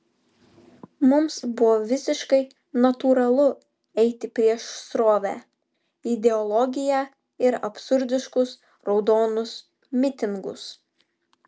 mums buvo visiškai natūralu eiti prieš srovę ideologiją ir absurdiškus raudonus mitingus